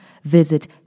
Visit